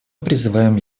призываем